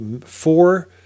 four